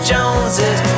Joneses